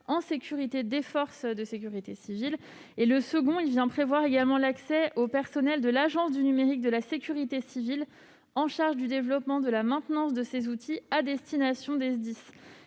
en sécurité des forces de sécurité civile. Le second pour garantir l'accès à ce même système des personnels de l'Agence du numérique de la sécurité civile, en charge du développement et de la maintenance de ces outils à destination des SDIS.